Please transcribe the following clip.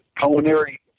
culinary